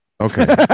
okay